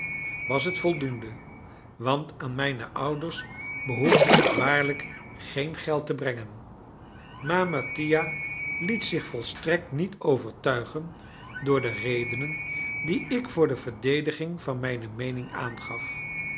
was het voldoende want aan mijne ouders behoefde ik waarlijk geen geld te brengen maar mattia liet zich volstrekt niet overtuigen door de redenen die ik voor de verdediging van mijne meening aangaf